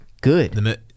good